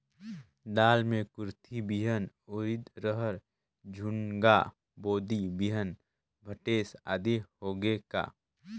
दाल मे कुरथी बिहान, उरीद, रहर, झुनगा, बोदी बिहान भटेस आदि होगे का?